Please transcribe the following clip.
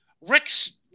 Rick's